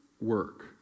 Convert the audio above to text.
work